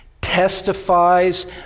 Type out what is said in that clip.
testifies